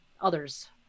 others